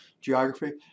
geography